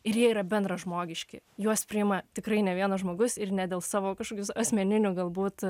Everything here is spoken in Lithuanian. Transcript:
ir jie yra bendražmogiški juos priima tikrai ne vienas žmogus ir ne dėl savo kažkokių asmeninių galbūt